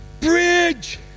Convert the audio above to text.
bridge